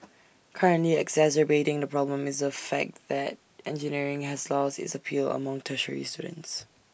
currently exacerbating the problem is the fact that engineering has lost its appeal among tertiary students